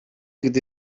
gdy